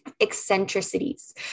eccentricities